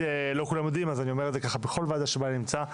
לא כולם יודעים אז אני אומר את זה ככה בעל ועדה שבה אני נמצא,